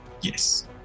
Yes